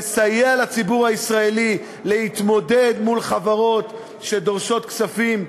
לסייע לציבור הישראלי להתמודד מול חברות שדורשות כספים,